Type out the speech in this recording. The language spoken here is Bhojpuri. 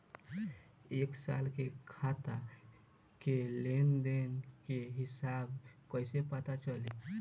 एक साल के खाता के लेन देन के हिसाब कइसे पता चली?